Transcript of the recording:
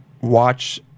watch